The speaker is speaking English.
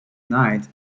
night